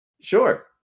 Sure